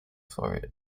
for